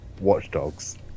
watchdogs